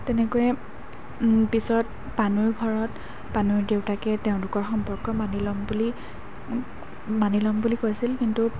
তেনেকৈ পিছত পানৈ ঘৰত পানৈ দেউতাকে তেওঁলোকৰ সম্পৰ্ক মানি ল'ম বুলি মানি ল'ম বুলি কৈছিল কিন্তু